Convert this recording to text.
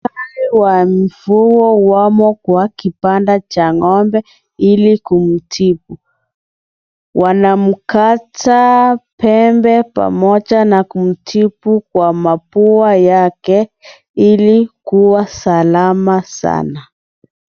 Wa mifugo wamo kwa kibanda cha ngombe ili kumtibu wanamkata pembe pamoja na kumtibu kwa mapua yake ili kuwa salama sana .